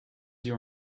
your